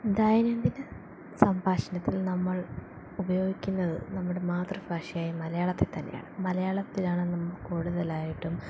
ദൈനംദിന സംഭാഷണത്തിൽ നമ്മൾ ഉപയോഗിക്കുന്നത് നമ്മുടെ മാതൃഭാഷയായ മലയാളത്തിൽ തന്നെയാണ് മലയാളത്തിലാണ് നമ്മൾ കൂടുതലായിട്ടും